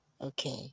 Okay